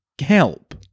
help